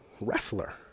wrestler